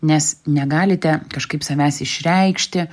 nes negalite kažkaip savęs išreikšti